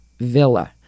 Villa